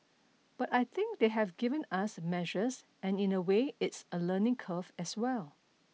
but I think they have given us measures and in a way it's a learning curve as well